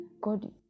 God